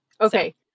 Okay